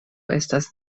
estas